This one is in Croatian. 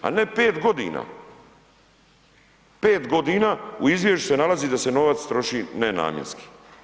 A ne 5 godina, 5 godina u izvješću se nalazi da se novac troši nenamjenski.